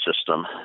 system